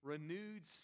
renewed